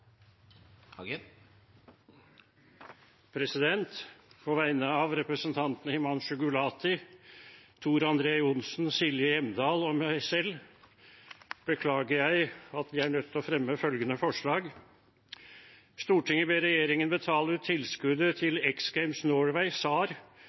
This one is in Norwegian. På vegne av representantene Himanshu Gulati, Tor André Johnsen, Silje Hjemdal og meg selv beklager jeg at vi er nødt til å fremme følgende forslag: «Stortinget ber regjeringen betale ut tilskuddet